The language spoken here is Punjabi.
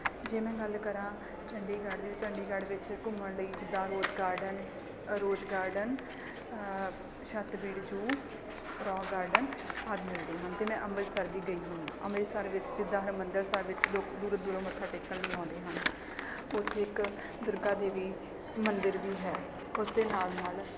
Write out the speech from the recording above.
ਜੇ ਮੈਂ ਗੱਲ ਕਰਾਂ ਚੰਡੀਗੜ੍ਹ ਦੀ ਚੰਡੀਗੜ੍ਹ ਵਿੱਚ ਘੁੰਮਣ ਲਈ ਜਿੱਦਾਂ rose garden rose garden Chhatbir zoo rock garden ਆਦਿ ਮਿਲਦੇ ਹਨ ਅਤੇ ਮੈਂ ਅੰਮ੍ਰਿਤਸਰ ਵੀ ਗਈ ਹੋਈ ਹਾਂ ਅੰਮ੍ਰਿਤਸਰ ਵਿੱਚ ਜਿੱਦਾਂ ਹਰਿਮੰਦਰ ਸਾਹਿਬ ਵਿੱਚ ਲੋਕ ਦੂਰੋਂ ਦੂਰੋਂ ਮੱਥਾ ਟੇਕਣ ਵੀ ਆਉਂਦੇ ਹਨ ਉੱਥੇ ਇੱਕ ਦੁਰਗਾ ਦੇਵੀ ਮੰਦਿਰ ਵੀ ਹੈ ਉਸਦੇ ਨਾਲ ਨਾਲ